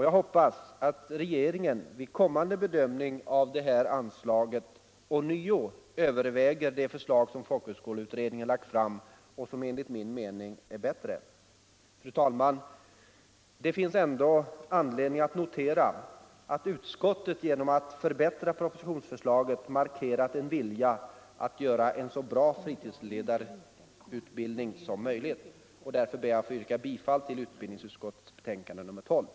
Jag hoppas att regeringen vid kommande bedömning av detta anslag ånyo överväger det förslag som folkhögskoleutredningen lagt fram och som enligt min mening är bättre. Fru talman! Det finns ändå anledning att notera att utbildningsutskottet genom att förbättra propositionsförslaget markerat en vilja att skapa en så bra fritidsledarutbildning som möjligt, och därför ber jag att få yrka bifall till utskottets hemställan.